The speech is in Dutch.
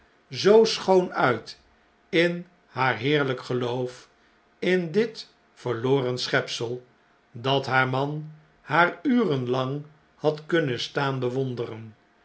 zoo schoon uit in haar heerljjk geloof in dit verloren schepsel dat haar man haar uren lang had kunnen staan bewonderen